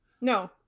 No